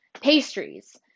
pastries